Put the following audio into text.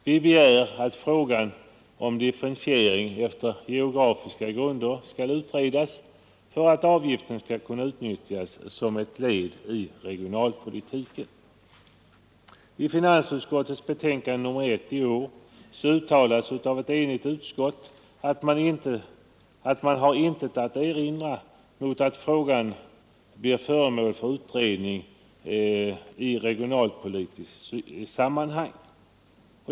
Vi begär att frågan om differentiering efter geografiska grunder skall utredas för att avgiften skall kunna utnyttjas som ett led i regionalpolitiken. I finansutskottets betänkande nr 1 i år uttalade ett enigt utskott ”att man har intet att erinra mot att frågan blir föremål för utredning i regionalpolitiskt sammanhang”.